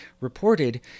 reported